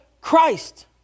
Christ